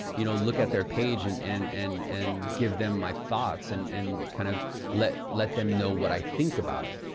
you know, look at their page and and and and give them my thoughts, and kind of let let them know what i think about it.